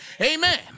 Amen